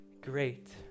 great